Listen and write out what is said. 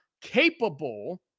capable